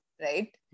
Right